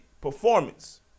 performance